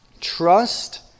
Trust